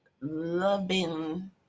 loving